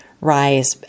rise